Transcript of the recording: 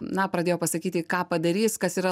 na pradėjo pasakyti ką padarys kas yra